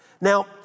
Now